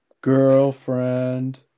girlfriend